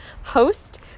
host